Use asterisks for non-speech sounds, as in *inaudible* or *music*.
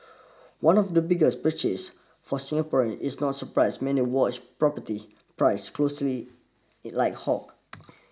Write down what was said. one of the biggest purchase for Singaporeans is not surprise many watch property prices closely like hawk *noise*